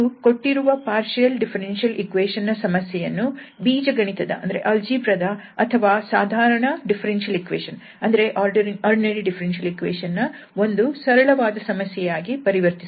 ಇದು ಕೊಟ್ಟಿರುವ partial differential equation ನ ಸಮಸ್ಯೆಯನ್ನು ಬೀಜಗಣಿತ ದ ಅಥವಾ ಸಾಧಾರಣ ಡಿಫ್ಫೆರೆನ್ಶಿಯಲ್ ಇಕ್ವೇಶನ್ ನ ಒಂದು ಸರಳವಾದ ಸಮಸ್ಯೆಯಾಗಿ ಪರಿವರ್ತಿಸುತ್ತದೆ